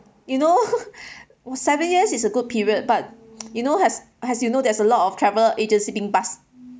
you know seven years is a good period but you know as as you know there's a lot of travel agency being bust